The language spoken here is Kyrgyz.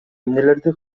эмнелерди